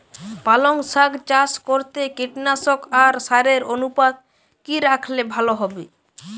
পালং শাক চাষ করতে কীটনাশক আর সারের অনুপাত কি রাখলে ভালো হবে?